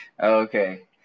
okay